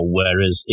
whereas